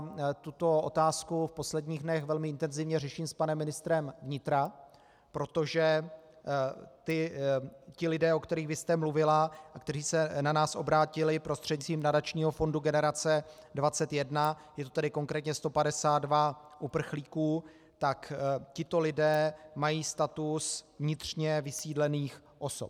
Já tuto otázku v posledních dnech velmi intenzivně řeším s panem ministrem vnitra, protože ti lidé, o kterých vy jste mluvila a kteří se na nás obrátili prostřednictvím nadačního fondu Generace 21, je to tedy konkrétně 152 uprchlíků, tak tito lidé mají status vnitřně vysídlených osob.